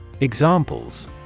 Examples